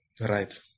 Right